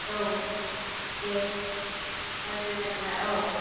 औ दे गाज्रि मोनला औ